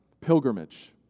pilgrimage